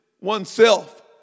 oneself